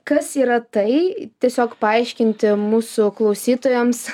kas yra tai tiesiog paaiškinti mūsų klausytojams